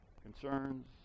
concerns